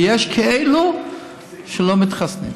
ויש כאלה שלא מתחסנים,